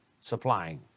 supplying